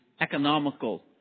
economical